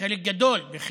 חלק גדול, בהחלט.